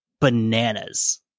bananas